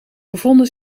bevonden